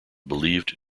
believed